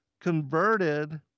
converted